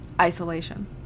isolation